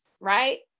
right